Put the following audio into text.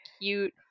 cute